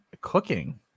cooking